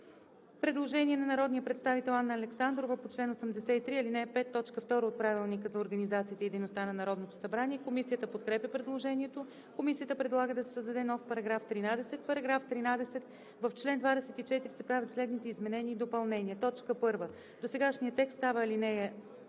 Предложение на народния представител Анна Александрова по чл. 83, ал. 5, т. 2 от Правилника за организацията и дейността на Народното събрание. Комисията подкрепя предложението. Комисията предлага да се създаде нов § 13: „§ 13. В чл. 24 се правят следните изменения и допълнения: 1. Досегашният текст става ал.